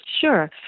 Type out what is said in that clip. Sure